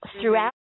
throughout